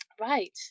Right